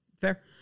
fair